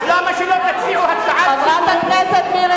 אז למה שלא תציעו הצעה, חברת הכנסת מירי